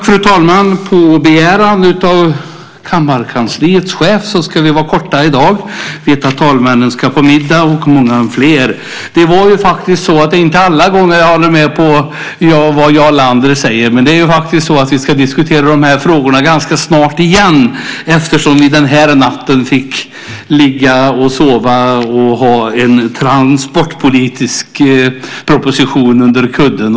Fru talman! Det är inte alla gånger jag håller med om vad Jarl Lander säger, men vi ska diskutera de här frågorna ganska snart igen. Den här natten fick vi sova med en transportpolitisk proposition under kudden.